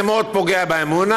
זה מאוד פוגע באמונה.